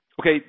Okay